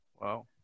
Wow